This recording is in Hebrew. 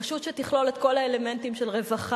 רשות שתכלול את כל האלמנטים של רווחה,